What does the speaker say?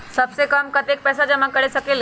सबसे कम कतेक पैसा जमा कर सकेल?